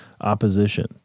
opposition